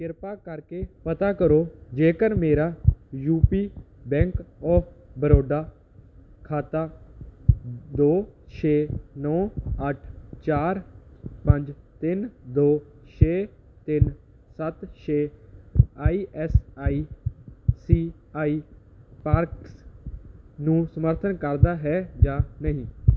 ਕ੍ਰਿਪਾ ਕਰਕੇ ਪਤਾ ਕਰੋ ਜੇਕਰ ਮੇਰਾ U P bank of Baroda ਖਾਤਾ ਦੋ ਛੇ ਨੌਂ ਅੱਠ ਚਾਰ ਪੰਜ ਤਿੰਨ ਦੋ ਛੇ ਤਿੰਨ ਸੱਤ ਛੇ I S I C I parks ਨੂੰ ਸਮਰਥ ਕਰਦਾ ਹੈ ਜਾਂ ਨਹੀਂ